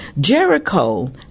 Jericho